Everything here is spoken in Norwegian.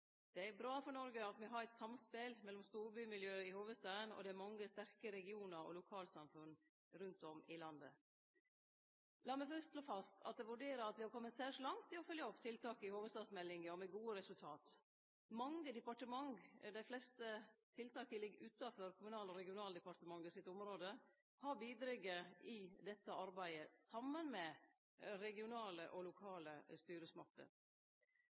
Det er bra for Noreg at me har eit samspel mellom storbymiljø i hovudstaden og dei mange sterke regionane og lokalsamfunna rundt om i landet. Lat meg fyrst slå fast at eg vurderer at me har kome særs langt i å følgje opp tiltaka i hovudstadsmeldinga, og med gode resultat. Mange departement – dei fleste tiltaka ligg utanfor Kommunal- og regionaldepartementet sitt område – har bidrege i dette arbeidet, saman med regionale og lokale styresmakter.